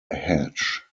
hatch